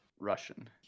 Russian